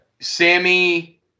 Sammy